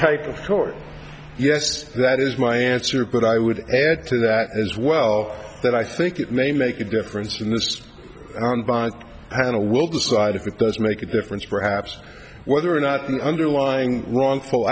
type of court yes that is my answer but i would add to that as well that i think it may make a difference in this had a will decide if it does make a difference perhaps whether or not the underlying wrongful